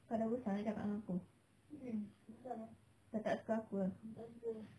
kau dah bosan nak cakap dengan aku dah tak suka aku ah